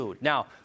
Now